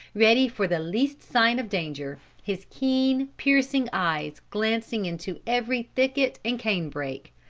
ready for the least sign of danger, his keen, piercing eyes glancing into every thicket and canebrake,